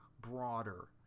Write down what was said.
broader